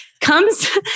comes